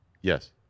Yes